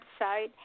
website